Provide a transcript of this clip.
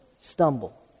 stumble